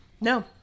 no